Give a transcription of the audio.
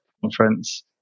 conference